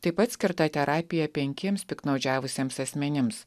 taip pat skirta terapija penkiems piktnaudžiavusiems asmenims